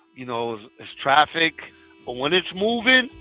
you know there's traffic but when it's moving,